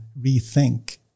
rethink